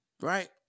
Right